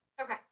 Okay